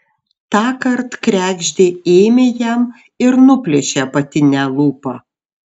tąkart kregždė ėmė jam ir nuplėšė apatinę lūpą